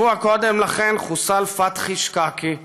שבוע קודם לכן חוסל פתחי שקאקי,